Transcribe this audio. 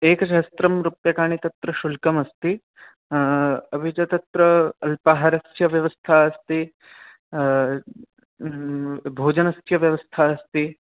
एकससहस्रं रूप्यकाणि तत्र शुल्कमस्ति अपि च तत्र अल्पाहारस्य व्यवस्था अस्ति भोजनस्य व्यवस्था अस्ति